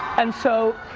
and so,